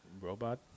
Robot